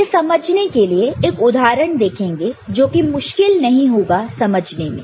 इसे समझने के लिए एक उदाहरण देखेंगे जो कि मुश्किल नहीं होगा समझने में